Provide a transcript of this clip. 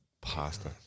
Pasta